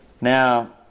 Now